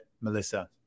Melissa